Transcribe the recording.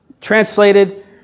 translated